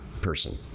person